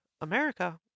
America